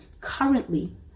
currently